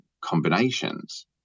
combinations